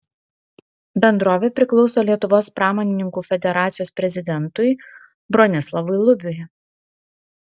bendrovė priklauso lietuvos pramonininkų federacijos prezidentui bronislovui lubiui